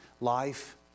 life